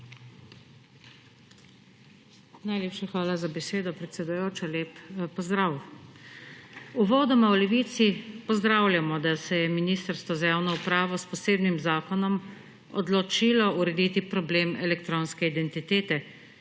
Najlepša hvala za besedo, predsedujoča. Lep pozdrav! Uvodoma v Levici pozdravljamo, da se je Ministrstvo za javno upravo s posebnim zakonom odločilo urediti problem elektronske identitete,